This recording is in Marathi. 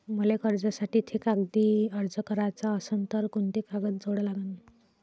मले कर्जासाठी थे कागदी अर्ज कराचा असन तर कुंते कागद जोडा लागन?